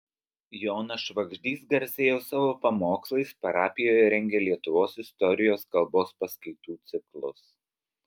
jonas švagždys garsėjo savo pamokslais parapijoje rengė lietuvos istorijos kalbos paskaitų ciklus